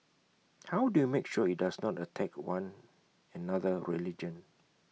how do you make sure IT does not attack one another religion